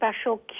special